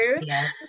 yes